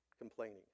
complaining